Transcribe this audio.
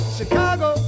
Chicago